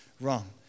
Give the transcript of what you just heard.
wrong